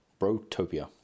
Brotopia